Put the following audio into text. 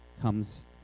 comes